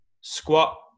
squat